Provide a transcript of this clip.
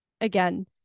again